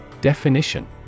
Definition